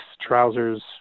trousers